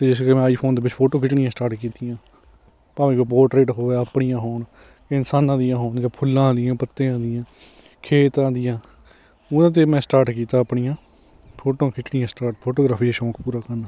ਅਤੇ ਜਿਸ ਕਰਕੇ ਮੈਂ ਆਈਫੋਨ ਦੇ ਵਿੱਚ ਫੋਟੋਆਂ ਖਿੱਚਣੀਆਂ ਸਟਾਰਟ ਕੀਤੀਆਂ ਭਾਵੇਂ ਉਹ ਪੋਰਟਰੇਟ ਹੋ ਗਿਆ ਆਪਣੀਆਂ ਹੋਣ ਇਨਸਾਨਾਂ ਦੀਆਂ ਹੋਣ ਜਾਂ ਫੁੱਲਾਂ ਦੀਆਂ ਪੱਤੀਆਂ ਦੀਆਂ ਖੇਤਾਂ ਦੀਆਂ ਉਹਨਾਂ ਤੋਂ ਮੈਂ ਸਟਾਰਟ ਕੀਤਾ ਆਪਣੀਆਂ ਫੋਟੋਆਂ ਖਿੱਚੀਆਂ ਸਟਾਰਟ ਫੋਟੋਗਰਾਫੀ ਦਾ ਸ਼ੌਂਕ ਪੂਰਾ ਕਰਨ